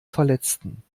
verletzten